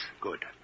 Good